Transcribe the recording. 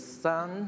sun